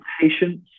patience